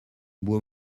boit